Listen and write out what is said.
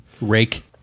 Rake